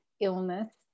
illness